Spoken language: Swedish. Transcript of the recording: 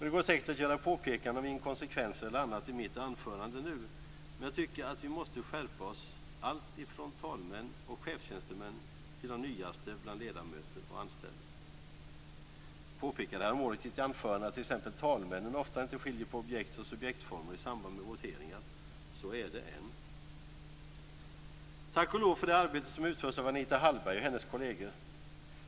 Det går säkert att göra påpekanden om inkonsekvenser eller annat i mitt anförande nu, men jag tycker att vi måste skärpa oss allt ifrån talmän och chefstjänstemän till de nyaste bland ledamöter och anställda. Jag påpekade häromåret i ett anförande att t.ex. talmännen ofta inte skiljer på objekts och subjektformer i samband med voteringar. Så är det än. Tack och lov för det arbete som utförs av Anita Hallberg och hennes kolleger.